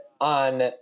on